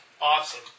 Awesome